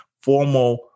formal